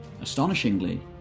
Astonishingly